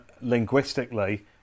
linguistically